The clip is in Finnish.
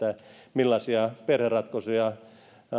millaisia perheratkaisuja